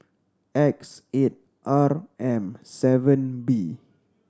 X eight R M seven B